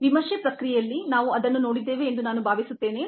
ವಿಮರ್ಶೆ ಪ್ರಕ್ರಿಯೆಯಲ್ಲಿ ನಾವು ಅದನ್ನು ನೋಡಿದ್ದೇವೆ ಎಂದು ನಾನು ಭಾವಿಸುತ್ತೇನೆ